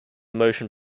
motion